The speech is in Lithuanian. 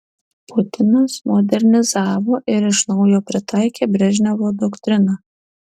putinas modernizavo ir iš naujo pritaikė brežnevo doktriną